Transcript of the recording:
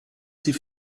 sie